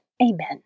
Amen